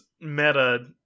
meta